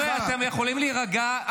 חבר'ה, אתם יכולים להירגע?